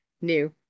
new